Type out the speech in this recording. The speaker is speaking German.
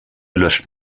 löscht